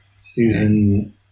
Susan